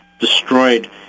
destroyed